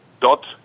dot